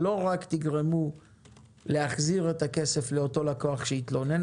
לא רק שתגרמו להחזיר את הכסף לאותו לקוח שהתלונן